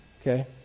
okay